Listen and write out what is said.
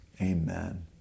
Amen